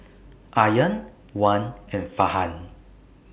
Aryan Wan and Farhan